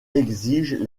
exigent